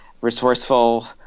resourceful